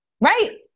Right